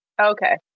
Okay